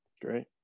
Great